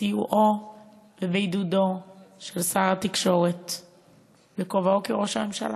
בסיועו ובעידודו של שר התקשורת בכובעו כראש הממשלה.